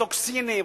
טוקסינים,